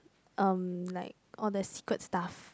um like all the secret stuff